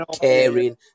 caring